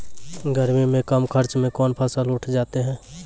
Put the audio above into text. गर्मी मे कम खर्च मे कौन फसल उठ जाते हैं?